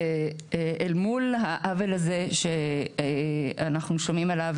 הוא שאל מול העוול הזה שאנחנו שומעים עליו,